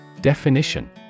Definition